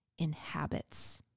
inhabits